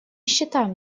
считаем